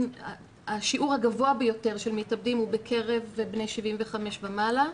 השיעור הגבוה ביותר של מתאבדים הוא בקרב בני 75 ומעלה.